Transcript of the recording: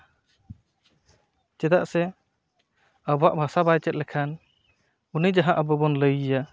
ᱪᱮᱫᱟᱜ ᱥᱮ ᱟᱵᱚᱣᱟᱜ ᱵᱷᱟᱥᱟ ᱵᱟᱭ ᱪᱮᱫ ᱞᱮᱠᱷᱟᱱ ᱩᱱᱤ ᱡᱟᱦᱟᱸ ᱟᱵᱚ ᱵᱚᱱ ᱞᱟᱹᱭ ᱟᱭᱟ